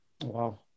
Wow